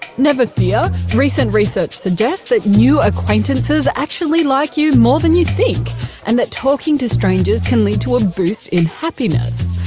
never fear recent research suggests that new acquaintances actually like you more than you think and that talking to strangers can lead to a boost in happiness.